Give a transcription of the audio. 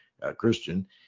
Christian